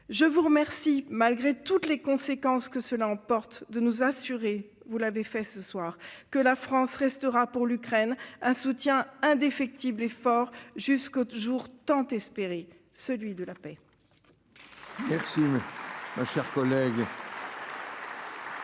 Je vous remercie, malgré toutes les conséquences que cela emporte, de nous assurer que la France restera pour l'Ukraine un soutien indéfectible et fort jusqu'au jour tant espéré, celui de la paix.